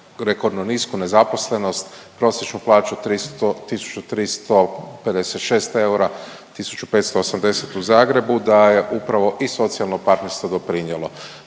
rekordno nisku nezaposlenost, prosječnu plaću 1.356 eura, 1.580 u Zagrebu da je upravo i socijalno partnerstvo doprinijelo.